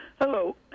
hello